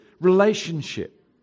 relationship